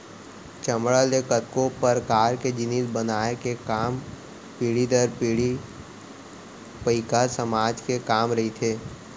चमड़ा ले कतको परकार के जिनिस बनाए के काम पीढ़ी दर पीढ़ी पईकहा समाज के काम रहिथे